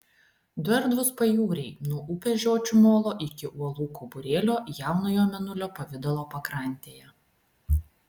du erdvūs pajūriai nuo upės žiočių molo iki uolų kauburėlio jaunojo mėnulio pavidalo pakrantėje